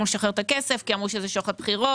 לשחרר את הכסף כי אמרו שזה שוחד בחירות.